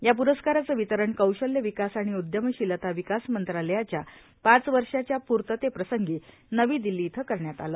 या पुरस्काराचं वितरण कौशल्य विकास आणि उद्यमशीलता विकास मंत्रालयाच्या पाच वर्षाच्या पुर्ततेप्रसंगी नवी दिल्ली इथं करण्यात आलं